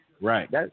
right